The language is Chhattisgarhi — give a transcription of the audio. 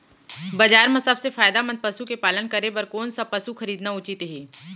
बजार म सबसे फायदामंद पसु के पालन करे बर कोन स पसु खरीदना उचित हे?